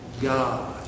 God